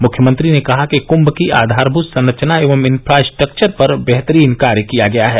मुख्यमंत्री ने कहा कि कुम्भ की आधारभूत संरचना एवं इन्फास्ट्रकचर पर बेहतरीन कार्य किया गया है